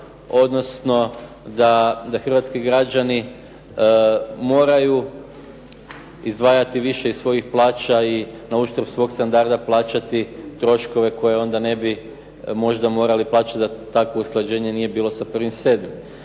odnosno da hrvatski građani moraju izdvajati više iz svojih plaća i na uštrb svog standarda plaćati troškove koje onda ne bi možda morali plaćati da takvo usklađenje nije bilo sa 1.7. S druge